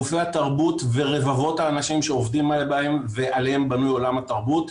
גופי התרבות ורבבות האנשים שעובדים בהם ועליהם בנוי עולם התרבות,